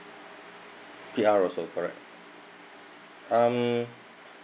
P_R also correct um